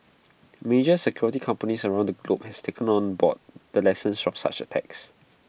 major security companies around the globe have taken on board the lessons from such attacks